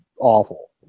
awful